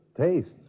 tastes